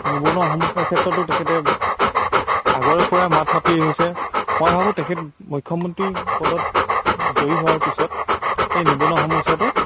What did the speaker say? নিবনুৱা সমস্যাৰ ক্ষেত্ৰতো তেখেতে আগৰে পৰাই মাত মাতি আহিছে মই ভাবোঁ তেখেত মুখ্যমন্ত্ৰী পদত জয়ী হোৱাৰ পিছত সেই নিবনুৱা সমস্যাটো